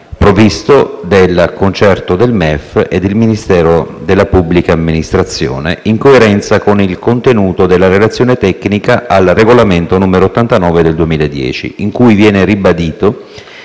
e delle finanze e del Ministero della pubblica amministrazione, in coerenza con il contenuto della relazione tecnica al regolamento n. 89 del 2010, in cui viene ribadito